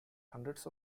hundreds